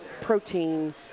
protein